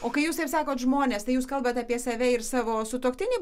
o kai jūs taip sakot žmonės tai jūs kalbat apie save ir savo sutuoktinį